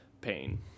Pain